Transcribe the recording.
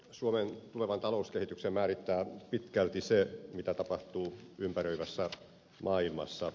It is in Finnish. suomen tulevan talouskehityksen määrittää pitkälti se mitä tapahtuu ympäröivässä maailmassa